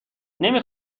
نمی